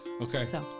Okay